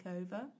over